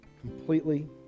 completely